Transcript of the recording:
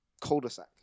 cul-de-sac